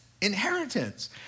inheritance